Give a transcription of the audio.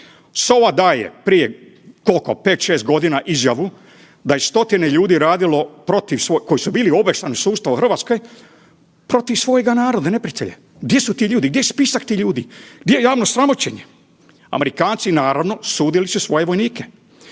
SOA daje prije koliko, 5, 6 godina izjavu da je stotine ljudi radilo, protiv, koji su bili u obavještajnom sustavu u Hrvatskoj, protiv svojega naroda, neprijatelja. Gdje su ti ljudi, gdje je spisak tih ljudi? Gdje je javno sramoćenje? Amerikanci, naravno, sudili su svoje vojnike.